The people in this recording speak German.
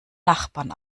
nachbarn